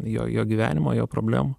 jo jo gyvenimo jo problemų